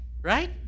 right